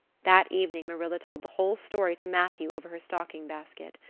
that evening marilla told the whole story to matthew over her stocking basket.